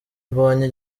mbonye